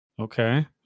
Okay